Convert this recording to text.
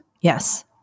Yes